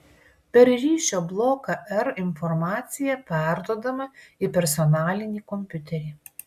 per ryšio bloką r informacija perduodama į personalinį kompiuterį